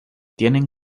tienen